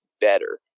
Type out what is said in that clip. better